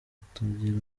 kutagira